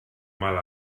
mal